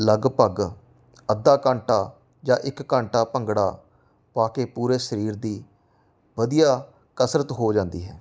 ਲਗਭਗ ਅੱਧਾ ਘੰਟਾ ਜਾਂ ਇੱਕ ਘੰਟਾ ਭੰਗੜਾ ਪਾ ਕੇ ਪੂਰੇ ਸਰੀਰ ਦੀ ਵਧੀਆ ਕਸਰਤ ਹੋ ਜਾਂਦੀ ਹੈ